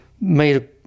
made